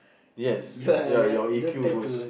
yes ya your E_Q goes